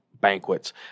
banquets